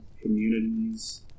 communities